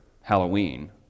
Halloween